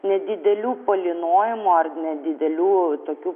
nedidelių palynojimų ar nedidelių tokių